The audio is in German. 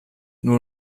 nur